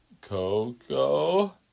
Coco